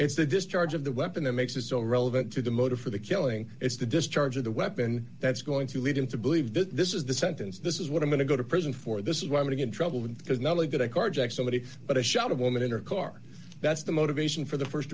it's the discharge of the weapon that makes it so relevant to the motive for the killing it's the discharge of the weapon that's going to lead him to believe that this is the sentence this is what i'm going to go to prison for this is where i'm going in trouble with because not only did i carjacked somebody but a shot of a woman in her car that's the motivation for the